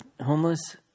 homeless